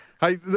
Hey